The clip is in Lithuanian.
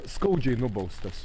skaudžiai nubaustas